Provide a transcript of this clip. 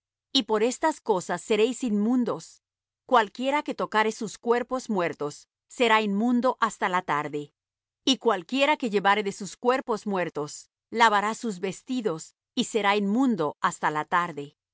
y por estas cosas seréis inmundos cualquiera que tocare á sus cuerpos muertos será inmundo hasta la tarde y cualquiera que llevare de sus cuerpos muertos lavará sus vestidos y será inmundo hasta la tarde